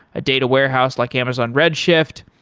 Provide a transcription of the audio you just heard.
a data warehouse like amazon redshift,